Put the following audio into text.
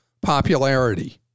popularity